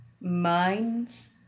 minds